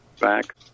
back